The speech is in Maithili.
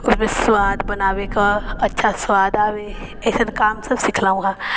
ओहिमे सुआद बनाबैके अच्छा सुआद आबै एहन कामसब सिखलहुँ हँ